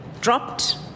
dropped